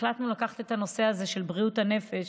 החלטנו לקחת את הנושא הזה של בריאות הנפש